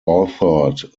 authored